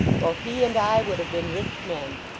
both he and i would have been rich men.